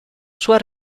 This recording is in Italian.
sua